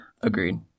Agreed